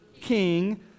king